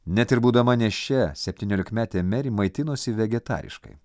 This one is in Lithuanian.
net ir būdama nėščia septyniolikmetė meri maitinosi vegetariškai